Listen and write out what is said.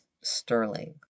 sterling